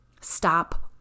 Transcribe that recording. Stop